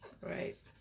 Right